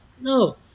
No